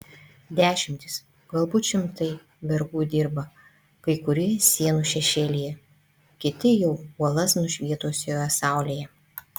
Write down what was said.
dešimtys galbūt šimtai vergų dirba kai kurie sienų šešėlyje kiti jau uolas nušvietusioje saulėje